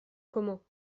comment